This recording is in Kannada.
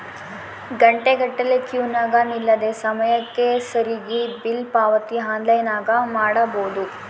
ಘಂಟೆಗಟ್ಟಲೆ ಕ್ಯೂನಗ ನಿಲ್ಲದೆ ಸಮಯಕ್ಕೆ ಸರಿಗಿ ಬಿಲ್ ಪಾವತಿ ಆನ್ಲೈನ್ನಾಗ ಮಾಡಬೊದು